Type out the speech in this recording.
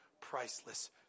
priceless